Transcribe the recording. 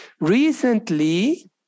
Recently